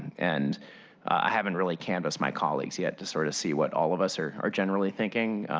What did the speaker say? and i haven't really canvassed my colleagues yeah to sort of see what all of us are are generally thinking,